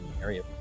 area